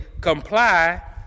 comply